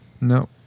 No